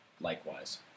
likewise